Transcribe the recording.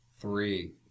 Three